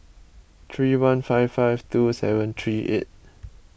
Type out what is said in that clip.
three one five five two seven three eight